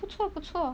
不错不错